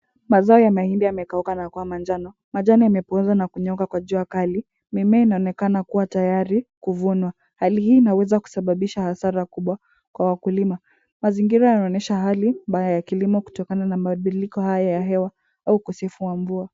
Mazao ya mahindi yamekauka na kuwa manjano. Majani yamepooza na kunyooka kwa jua kali. Mimea inaonekana kuwa tayari kuvunwa. Hali hii inaweza kusababisha hasara kubwa kwa wakulima. Mazingira yanaonyesha hali mbaya ya kilimo kutokana na mabadiliko haya ya hewa au ukosefu wa mvua.